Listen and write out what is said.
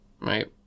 right